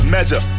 Measure